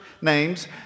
names